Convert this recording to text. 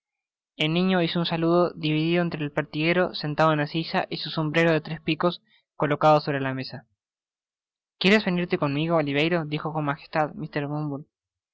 el niño hizo un saludo dividido entre el pertiguero sentado en la silla y su sombrero de tres picos colocado sobre la mesa quieres venirte conmigo oliverio dijo con magestad mr bumble